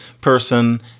person